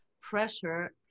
pressure